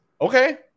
okay